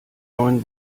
neun